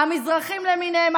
המזרחים למיניהם,